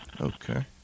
Okay